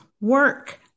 work